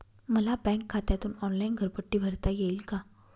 मला बँक खात्यातून ऑनलाइन घरपट्टी भरता येईल का?